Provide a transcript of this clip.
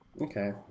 Okay